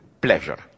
pleasure